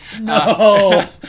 No